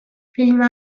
filma